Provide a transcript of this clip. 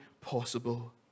possible